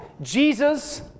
jesus